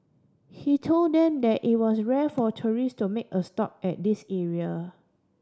he told them that it was rare for tourist to make a stop at this area